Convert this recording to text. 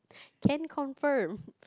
can confirm